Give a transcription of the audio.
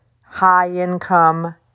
high-income